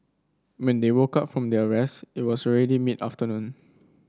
when they woke up from their rest it was already mid afternoon